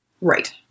Right